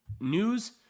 news